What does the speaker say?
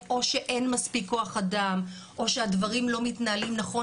או שאין מספיק כוח אדם או שהדברים לא מתנהלים נכון